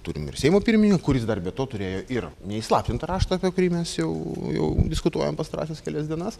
turim ir seimo pirmininką kuris dar be to turėjo ir neįslaptintą raštą apie kurį mes jau jau diskutuojam pastarąsias kelias dienas